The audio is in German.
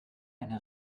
eine